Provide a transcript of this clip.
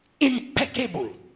Impeccable